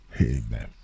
Amen